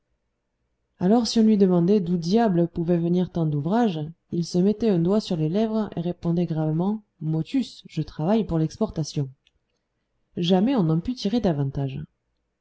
alors si on lui demandait d'où diable pouvait venir tant d'ouvrage il se mettait un doigt sur les lèvres et répondait gravement motus je travaille pour l'exportation jamais on n'en put tirer davantage